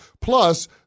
Plus